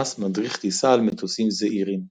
שש מדריך טיסה על מטוסים זעירים.